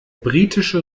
britische